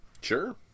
Sure